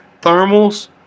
thermals